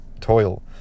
toil